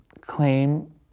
claim